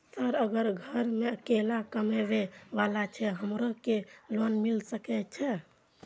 Sir अगर घर में अकेला कमबे वाला छे हमरो के लोन मिल सके छे?